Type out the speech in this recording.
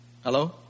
Hello